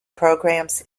programs